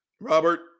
Robert